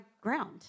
ground